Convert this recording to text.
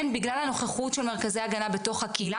בגלל הנוכחות של מרכזי ההגנה בתוך הקהילה